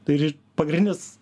tai ir pagrindinis